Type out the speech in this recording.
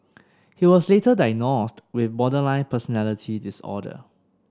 he was later diagnosed with borderline personality disorder